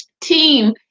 team